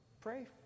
pray